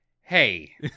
Hey